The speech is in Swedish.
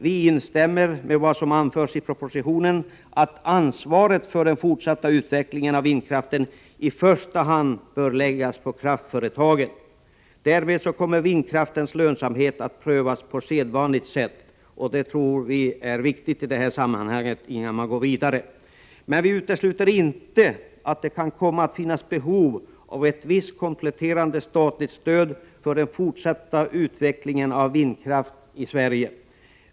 Vi instämmer med vad som anförs i propositionen, nämligen att ansvaret för den fortsatt utvecklingen av vindkraften i första hand bör läggas på kraftföretagen. Därmed kommer vindkraftens lönsamhet att prövas på sedvanligt sätt. Vi tror att detta är viktigt att göra innan man går vidare. Men vi utesluter inte att det kan komma att finnas behov av ett visst kompletterande statligt stöd för den fortsatta utvecklingen av vindkraft i Sverige.